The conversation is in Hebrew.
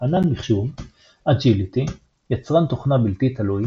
ענן מחשוב Agility יצרן תוכנה בלתי תלוי